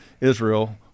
Israel